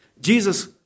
Jesus